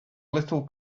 little